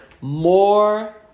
more